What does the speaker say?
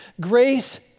Grace